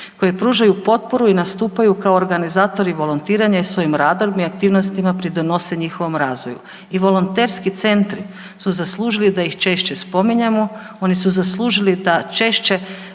koji pružaju potporu i nastupaju kao organizatori volontiranja i svojim …/nerazumljivo/… aktivnostima pridonose njihovom razvoju. I volonterski centri su zaslužili da ih češće spominjemo, oni su zaslužili da češće